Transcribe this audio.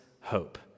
hope